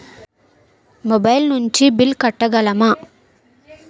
Mobile నుంచి bill కట్టగలమ?